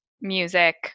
music